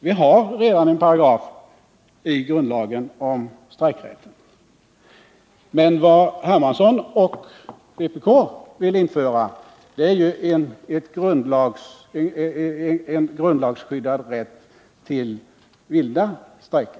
Vi har redan en paragraf i grundlagen om strejkrätten, men vad Carl-Henrik Hermansson och vpk vill införa är en grundlagsskyddad rätt till vilda strejker.